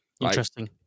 Interesting